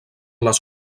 les